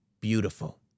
Beautiful